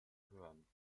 hören